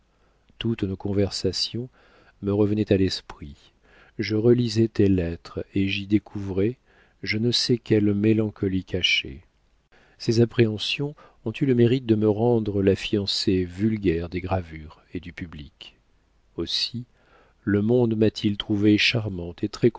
toutes nos conversations me revenaient à l'esprit je relisais tes lettres et j'y découvrais je ne sais quelle mélancolie cachée ces appréhensions ont eu le mérite de me rendre la fiancée vulgaire des gravures et du public aussi le monde m'a-t-il trouvée charmante et